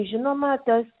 žinoma tas